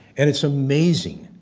and it's amazing,